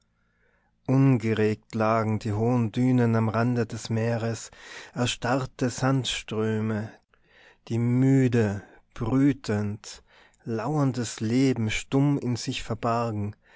ungeregt lagen die hohen dünen am rande des meeres erstarrte sandströme die müde brütend lauerndes leben stumm in sich verbargen